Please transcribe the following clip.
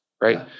right